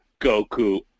Goku